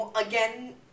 again